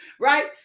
right